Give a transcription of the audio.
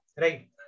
Right